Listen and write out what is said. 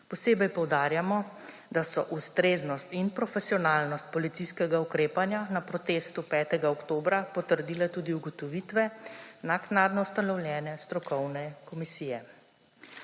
Posebej poudarjamo, da so ustreznost in profesionalnost policijskega ukrepanja na protestu 5. oktobra potrdile tudi ugotovitve naknadno ustanovljene strokovne komisije.